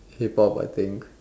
K-pop I think